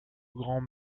grand